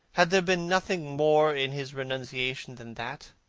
had there been nothing more in his renunciation than that?